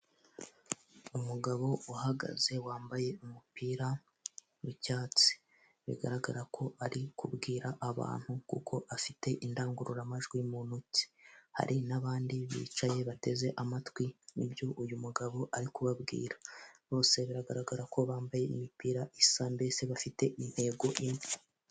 Umugabo uhagaze wambaye umupira w'icyatsi bigaragara ko ari kubwira abantu kuko afite indangururamajwi mu ntoki, hari n'abandi bicaye bateze amatwi ibyo uyu mugabo ari kubabwira, bose biragaragara ko bambaye imipira isa mbese bafite intego imwe.